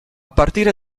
partire